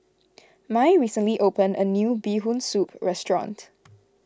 Mai recently opened a new Bee Hoon Soup restaurant